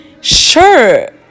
Sure